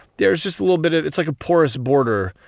there's just a little bit of it's like a porous border,